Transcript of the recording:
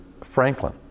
Franklin